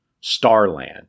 Starland